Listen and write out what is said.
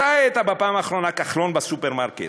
מתי היית בפעם האחרונה, כחלון, בסופרמרקט?